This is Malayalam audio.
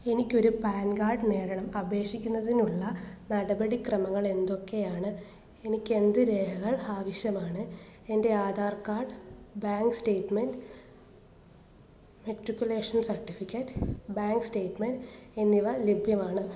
എനിക്ക് ഒരു പാൻ കാർഡ് നേടണം അപേക്ഷിക്കുന്നതിനുള്ള നടപടിക്രമങ്ങൾ എന്തൊക്കെയാണ് എനിക്ക് എന്ത് രേഖകൾ ആവശ്യമാണ് എൻ്റെ Aadhaar card bank statement matriculation certificate bank statement എന്നിവ ലഭ്യമാണ്